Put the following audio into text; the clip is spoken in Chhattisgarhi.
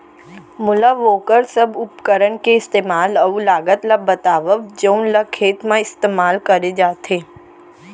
मोला वोकर सब उपकरण के इस्तेमाल अऊ लागत ल बतावव जउन ल खेत म इस्तेमाल करे जाथे?